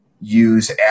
use